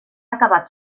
acabat